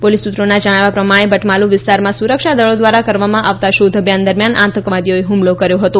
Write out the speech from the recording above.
police સૂત્રોના જણાવ્યા પ્રમાણે બટમાલુ વિસ્તારમાં સુરક્ષા દળો દ્વારા કરવામાં આવતા શોધ અભિયાન દરમિયાન આતંકવાદીઓએ હ્મલો કર્યો હતો